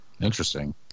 interesting